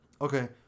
Okay